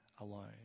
alone